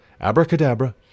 abracadabra